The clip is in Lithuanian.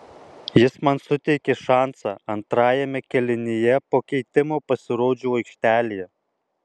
jis man suteikė šansą antrajame kėlinyje po keitimo pasirodžiau aikštėje